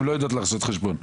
הן לא יודעות לעשות חשבון.